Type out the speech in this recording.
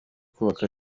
kubaka